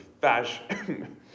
fashion